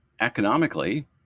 economically